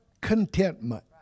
contentment